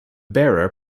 bearer